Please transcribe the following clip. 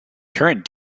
current